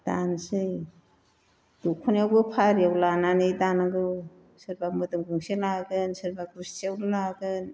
दानोसै दखनायावबो फारिआव लानानै दानांगौ सोरबा मोदोम गंसे लागोन सोरबा गुस्थियावल' लागोन